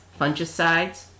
fungicides